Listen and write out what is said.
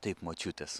taip močiutės